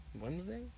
Wednesday